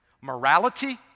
Morality